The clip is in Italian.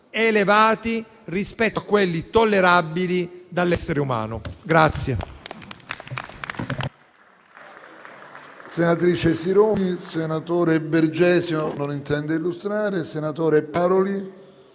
elevati rispetto a quelli tollerabili dall'essere umano.